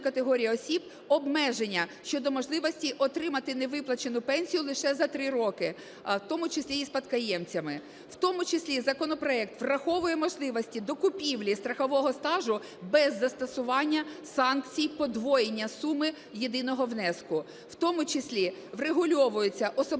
категорії осіб обмеження щодо можливості отримати невиплачену пенсію лише за 3 роки, в тому числі і спадкоємцями. В тому числі законопроект враховує можливості докупівлі страхового стажу без застосування санкцій подвоєння суми єдиного внеску. В тому числі врегульовується особливий